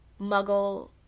muggle